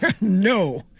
No